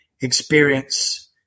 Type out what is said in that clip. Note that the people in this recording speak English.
experience